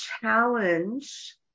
challenge